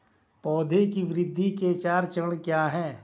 पौधे की वृद्धि के चार चरण क्या हैं?